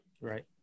Right